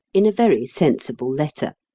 in a very sensible letter.